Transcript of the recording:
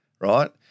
right